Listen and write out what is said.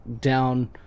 down